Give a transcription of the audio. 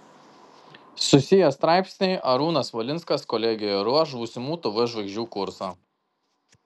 susiję straipsniai arūnas valinskas kolegijoje ruoš būsimų tv žvaigždžių kursą